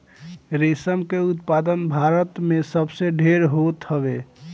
रेशम के उत्पादन भारत में सबसे ढेर होत हवे